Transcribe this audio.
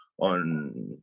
on